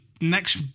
Next